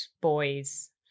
boys